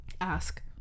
Ask